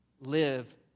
live